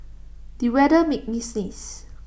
the weather made me sneeze